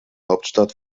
hauptstadt